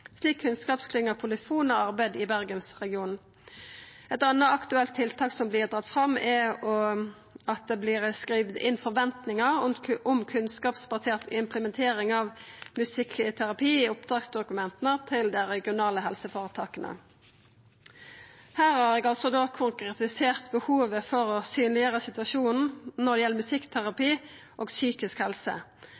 slik kunnskapsklynga POLYFON har arbeidd i Bergens-regionen. Eit anna aktuelt tiltak som vert dratt fram, er å skriva inn forventningar om kunnskapsbasert implementering av musikkterapi i oppdragsdokumenta til dei regionale helseføretaka. Her har eg altså konkretisert behovet for å synleggjera situasjonen når det gjeld musikkterapi